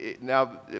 now